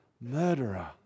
murderer